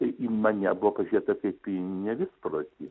į į mane buvo pažiūrėta kaip į nevisprotį